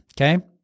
Okay